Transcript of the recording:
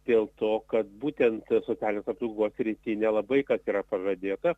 dėl to kad būtent socialinės apsaugos srity nelabai kas yra pažadėta